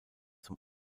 zum